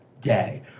day